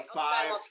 five